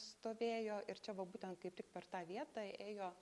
stovėjo ir čia va būtent kaip tik per tą vietą ėjo